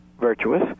virtuous